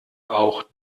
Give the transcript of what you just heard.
auch